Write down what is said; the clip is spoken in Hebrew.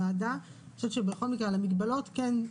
פשוט זה אותו כסף שהיה במערכת אלא שקודם הוא ניתן